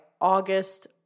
August